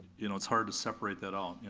you know, it's hard to separate that out.